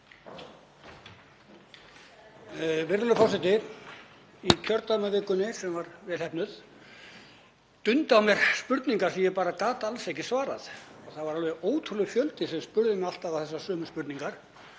Virðulegur forseti. Í kjördæmavikunni, sem var vel heppnuð, dundi á mér spurning sem ég gat alls ekki svarað. Það var alveg ótrúlegur fjöldi sem spurði mig alltaf þessarar sömu spurningar